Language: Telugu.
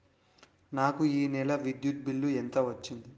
నాకు ఈ నెల విద్యుత్ బిల్లు ఎంత వచ్చింది?